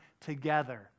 together